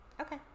Okay